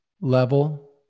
level